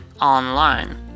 online